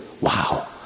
Wow